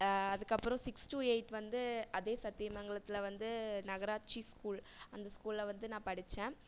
அதுக்கப்புறம் six to eight வந்து அதே சத்தியமங்கலத்தில் வந்து நகராட்சி ஸ்கூல் அந்த ஸ்கூலில் வந்து நான் படித்தேன்